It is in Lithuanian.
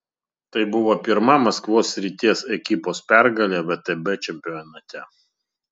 tai buvo pirma maskvos srities ekipos pergalė vtb čempionate